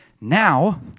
Now